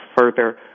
further